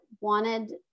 wanted